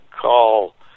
call